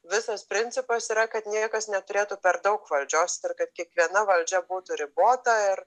visas principas yra kad niekas neturėtų per daug valdžios ir kad kiekviena valdžia būtų ribota ir